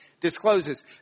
discloses